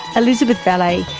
elisabeth vallet,